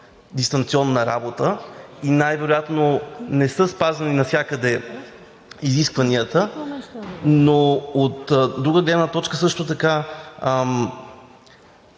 дистанционна работа. Най-вероятно не са спазвани навсякъде изискванията, но от друга гледна точка също така,